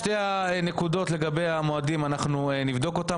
שתי הנקודות לגבי המועדים, אנחנו נבדוק זאת.